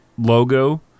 logo